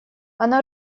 она